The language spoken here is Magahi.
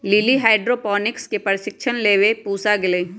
लिली हाइड्रोपोनिक्स के प्रशिक्षण लेवे पूसा गईलय